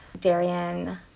Darian